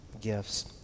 gifts